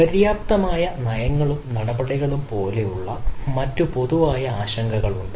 അപര്യാപ്തമായ നയങ്ങളും നടപടികളും പോലുള്ള മറ്റ് പൊതുവായ ആശങ്കകളുണ്ട്